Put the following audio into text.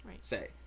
say